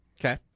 Okay